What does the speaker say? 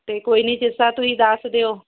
ਅਤੇ ਕੋਈ ਨੀ ਜਿਸ ਤਰ੍ਹਾਂ ਤੁਸੀਂ ਦੱਸ ਦਿਓ